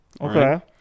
Okay